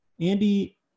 Andy